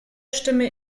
stimme